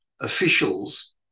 officials